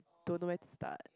don't know where to start